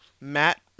Matt